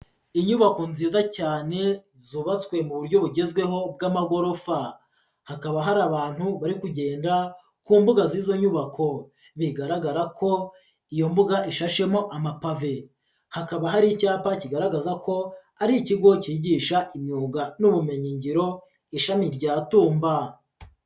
Inyubako nziza cyane zubatswe mu buryo bugezweho bw'amagorofa, hakaba hari abantu bari kugenda ku mbuga z'izo nyubako, bigaragara ko iyo mbuga ishashemo amapave, hakaba hari icyapa kigaragaza ko ari ikigo cyigisha imyuga n'ubumenyi ngiro ishami rya Tumba.